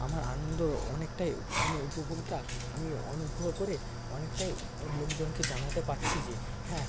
আমার আনন্দ অনেকটাই মানে উপভোগটা আমি অনুগ্রহ করে অনেকটাই ওই লোকজনকে জানাতে পারছি যে হ্যাঁ